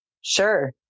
Sure